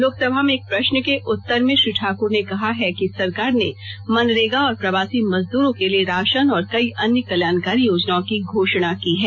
लोकसभा में एक प्रश्न के उत्तर में श्री ठाक्र ने कहा है कि सरकार ने मनरेगा और प्रवासी मजदूरों के लिए राशन और कई अन्य कल्याणकारी योजनाओं की घोषणा की है